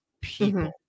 people